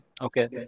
Okay